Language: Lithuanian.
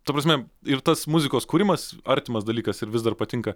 ta prasme ir tas muzikos kūrimas artimas dalykas ir vis dar patinka